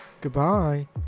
goodbye